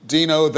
Dino